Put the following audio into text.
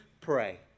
pray